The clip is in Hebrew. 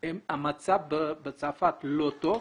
המצב בצרפת לא טוב,